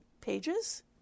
pages